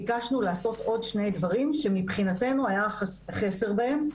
ביקשנו לעשות עוד שני דברים שמבחינתנו היה חסר בהם: